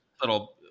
little